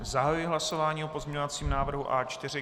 Zahajuji hlasování o pozměňovacím návrhu A4.